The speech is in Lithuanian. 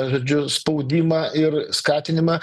žodžiu spaudimą ir skatinimą